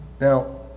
Now